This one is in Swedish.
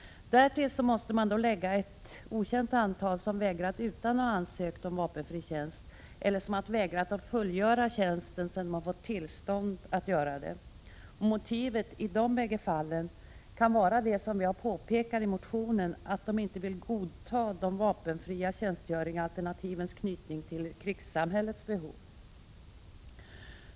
Därtill måste läggas ett okänt antal som vägrat utan att ha ansökt om vapenfri tjänst eller vägrat att fullgöra sådan tjänst sedan de erhållit tillstånd att göra det. Motivet kan i båda fallen vara det som vi påpekat i motionen, att de inte vill godta de vapenfria tjänstgöringsalternativens knytning till krigssamhällets behov.